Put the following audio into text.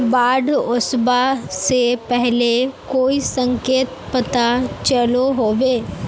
बाढ़ ओसबा से पहले कोई संकेत पता चलो होबे?